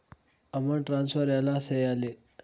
amount transfer ఎలా సేయాలి